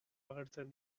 agertzen